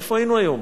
איפה היינו היום?